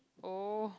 oh